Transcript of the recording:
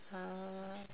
uh